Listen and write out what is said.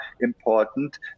important